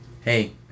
hey